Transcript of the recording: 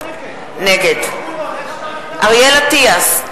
נגד אריאל אטיאס,